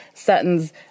Sutton's